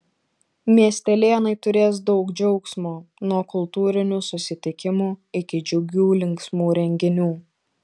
miestelėnai turės daug džiaugsmo nuo kultūrinių susitikimų iki džiugių linksmų renginių